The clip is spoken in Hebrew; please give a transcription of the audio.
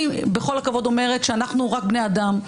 אני בכל הכבוד אומרת שאנחנו רק בני אדם,